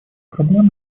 проблем